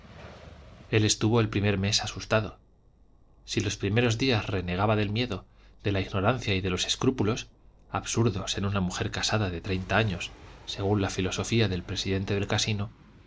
él estuvo el primer mes asustado si los primeros días renegaba del miedo de la ignorancia y de los escrúpulos absurdos en una mujer casada de treinta años según la filosofía del presidente del casino